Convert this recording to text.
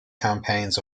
campaigns